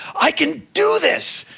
i can do this!